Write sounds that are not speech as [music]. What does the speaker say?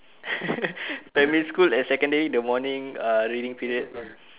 [noise] primary school and secondary the morning ah reading period